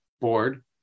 Board